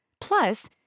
Plus